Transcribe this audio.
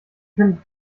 findet